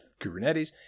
kubernetes